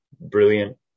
brilliant